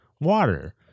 water